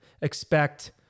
expect-